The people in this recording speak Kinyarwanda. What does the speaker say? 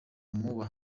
muba